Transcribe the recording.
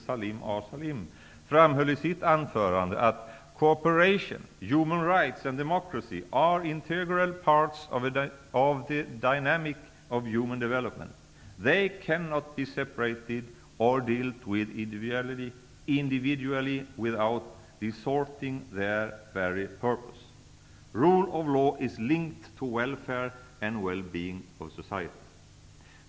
Salim A. Salim, framhöll i sitt anförande att samarbete, mänskliga rättigheter och demokrati är delar i en helhet när det gäller mänsklig utveckling. De kan inte åtskiljas eller behandlas individuellt utan att syftet förvrängs. ''Rule of law'' är förknippat med samhällets välfärd.